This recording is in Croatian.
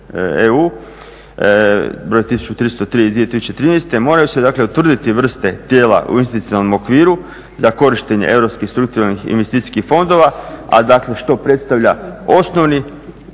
EU broj 1303/2013 moraju se utvrditi vrste tijela u institucionalnom okviru za korištenje europskih strukturnih investicijskih fondova, a što predstavlja osnovni